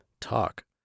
talk